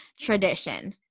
tradition